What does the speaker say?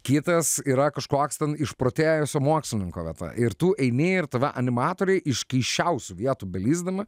kitas yra kažkoks ten išprotėjusio mokslininko vieta ir tu eini ir tave animatoriai iš keisčiausių vietų belįsdami